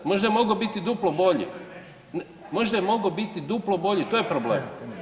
Možda je mogao biti duplo bolji … [[Upadica se ne razumije.]] možda je mogao biti duplo bolji, to je problem.